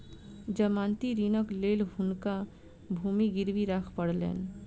जमानती ऋणक लेल हुनका भूमि गिरवी राख पड़लैन